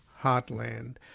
Heartland